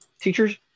teachers